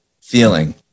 feeling